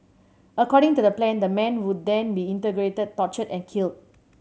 according to the plan the man would then be interrogated tortured and killed